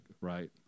right